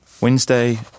Wednesday